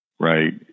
right